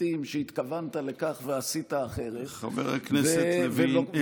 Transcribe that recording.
מחליטים שהתכוונת לכך ועשית אחרת -- חבר הכנסת לוין,